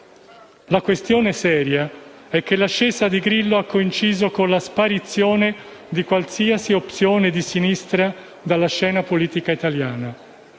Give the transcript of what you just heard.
La questione seria è che l'ascesa di Grillo ha coinciso con la sparizione di qualsiasi opzione di sinistra dalla scena politica italiana.